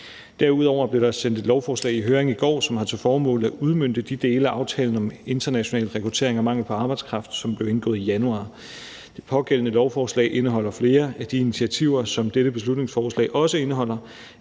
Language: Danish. Derudover blev der sendt et lovforslag i høring i går, som har til formål at udmønte de dele af aftalen om international rekruttering og mangel på arbejdskraft, som blev indgået i januar. Det pågældende lovforslag indeholder flere af de initiativer, som dette beslutningsforslag også indeholder,